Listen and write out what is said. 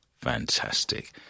Fantastic